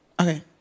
Okay